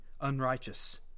unrighteous